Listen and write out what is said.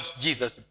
Jesus